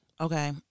okay